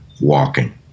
walking